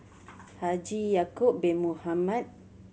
Haji Ya'acob Bin Mohamed